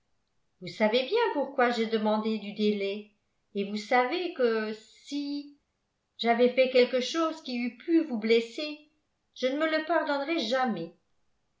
vous savez bien pourquoi j'ai demandé du délai et vous savez que si j'avais fait quelque chose qui eût pu vous blesser je ne me le pardonnerais jamais